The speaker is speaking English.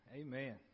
Amen